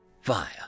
Fire